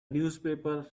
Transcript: newspaper